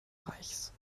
reichs